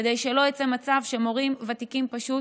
כדי שלא יצא מצב שמורים ותיקים פשוט